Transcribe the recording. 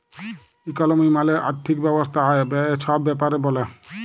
ইকলমি মালে আথ্থিক ব্যবস্থা আয়, ব্যায়ে ছব ব্যাপারে ব্যলে